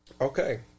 okay